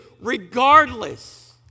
Regardless